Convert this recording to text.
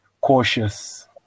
cautious